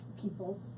people